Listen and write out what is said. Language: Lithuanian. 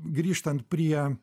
grįžtant prie